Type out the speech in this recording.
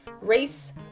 race